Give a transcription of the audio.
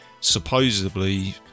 supposedly